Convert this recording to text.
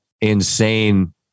Insane